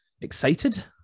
Excited